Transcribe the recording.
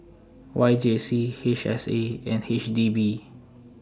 Y J C H S A and H D B